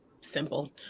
simple